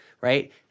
Right